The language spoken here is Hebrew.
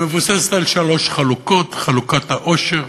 היא מבוססת על שלוש חלוקות: חלוקת העושר,